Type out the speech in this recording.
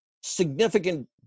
significant